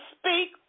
speak